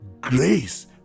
Grace